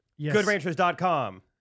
Goodranchers.com